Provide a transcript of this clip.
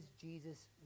Jesus